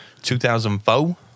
2004